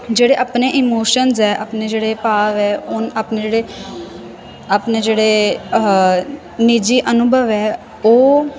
ਜਿਹੜੇ ਆਪਣੇ ਇਮੋਸ਼ਨਜ ਹੈ ਆਪਣੇ ਜਿਹੜੇ ਭਾਵ ਹੈ ਉਨ ਆਪਣੇ ਜਿਹੜੇ ਆਪਣੇ ਜਿਹੜੇ ਆਹਾ ਨਿੱਜੀ ਅਨੁਭਵ ਹੈ ਉਹ